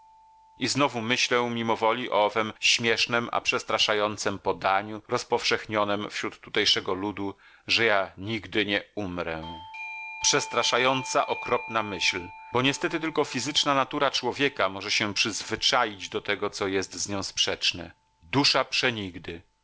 i znowu myślę mimowoli o owem śmiesznem a przestraszającem podaniu rozpowszechnionem wśród tutejszego ludu że ja nigdy nie umrę przestraszająca okropna myśl bo niestety tylko fizyczna natura człowieka może się przyzwyczaić do tego co jest z nią sprzeczne dusza